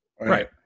Right